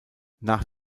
nach